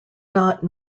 not